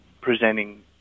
presenting